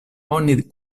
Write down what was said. oni